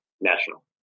national